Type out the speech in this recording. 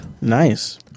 Nice